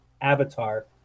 Avatar